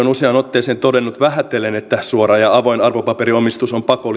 useaan otteeseen todennut vähätellen että suora ja avoin arvopaperiomistus on pakollinen